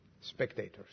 spectators